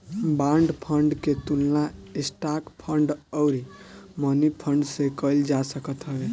bond fund के तुलना stock fund अउरी मनीफंड से कईल जा सकत हवे